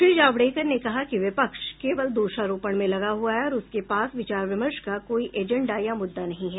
श्री जावड़ेकर ने कहा कि विपक्ष केवल दोषारोपण में लगा हुआ है और उसके पास विचार विमर्श का कोई एजेंडा या मुद्दा नहीं है